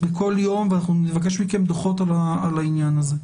בכל יום, ואנחנו נבקש מכם דוחות על העניין הזה.